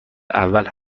اول